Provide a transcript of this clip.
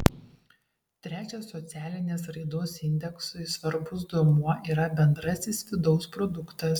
trečias socialinės raidos indeksui svarbus duomuo yra bendrasis vidaus produktas